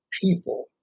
people